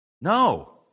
No